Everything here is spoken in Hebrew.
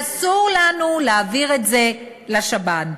ואסור לנו להעביר את זה לשב"ן.